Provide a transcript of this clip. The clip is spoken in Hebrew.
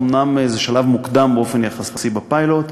אומנם זה שלב מוקדם יחסית בפיילוט,